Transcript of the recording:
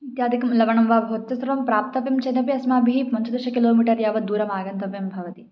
इत्यादिकं लवणं वा भवतु तत्सर्वं प्राप्तव्यं चेदपि अस्माभिः पञ्चदश किलोमीटर् यावत् दूरमागन्तव्यं भवति